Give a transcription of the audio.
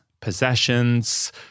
possessions